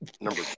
number